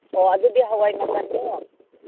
ꯑꯣ ꯑꯗꯨꯗꯤ ꯍꯥꯋꯥꯏ ꯃꯪꯒꯜꯗꯣ